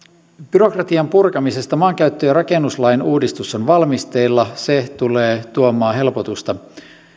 byrokratian purkamisesta maankäyttö ja rakennuslain uudistus on valmisteilla se tulee tuomaan helpotusta